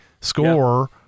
score